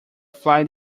fly